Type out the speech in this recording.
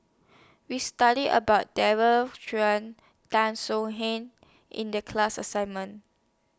We studied about Daren Shiau Tan Soo Han in The class assignment